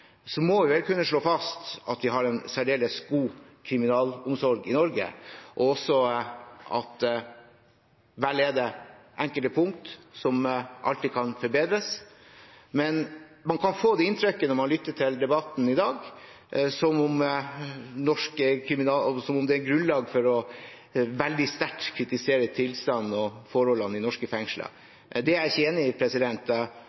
må vi vel kunne slå fast at vi har en særdeles god kriminalomsorg i Norge. Vel er det enkelte punkt som alltid kan forbedres. Man kan få det inntrykket når man lytter til debatten i dag, at det er grunnlag for veldig sterkt å kritisere tilstanden og forholdene i norske